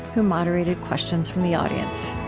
who moderated questions from the audience